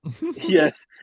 Yes